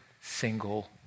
single